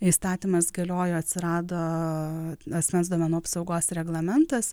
įstatymas galiojo atsirado asmens duomenų apsaugos reglamentas